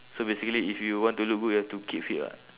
so basically if you want to look good you have to keep fit [what]